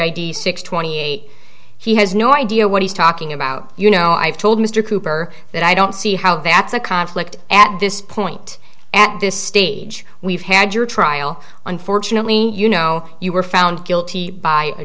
id six twenty eight he has no idea what he's talking about you know i've told mr cooper that i don't see how that's a conflict at this point at this stage we've had your trial unfortunately you know you were found guilty by a